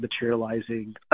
materializing